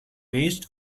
based